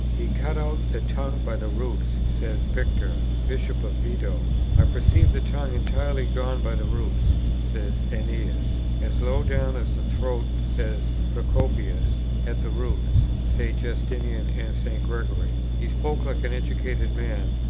he cut out the tongues by the roots says victor, bishop of vito i perceived the tongues entirely gone by the roots says aeneas as low down as the throat says procopius at the roots say justinian and st. gregory he spoke like an educated man,